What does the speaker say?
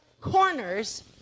corners